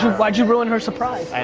why'd you ruin her surprise?